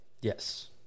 Yes